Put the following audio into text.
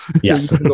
Yes